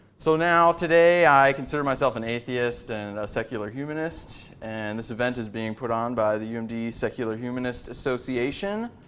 so now, today i consider myself an atheist and a secular humanist. and this event is being put on by the um secular humanist association.